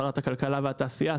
שרת הכלכלה והתעשייה,